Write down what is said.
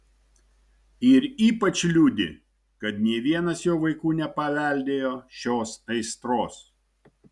ir ypač liūdi kad nė vienas jo vaikų nepaveldėjo šios aistros